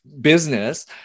business